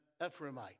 Ephraimite